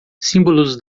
símbolos